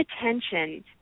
attention